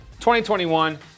2021